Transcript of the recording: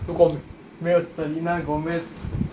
如果没有 selena gomez